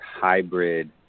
hybrid